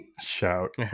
Shout